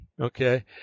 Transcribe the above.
okay